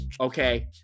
okay